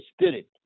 spirit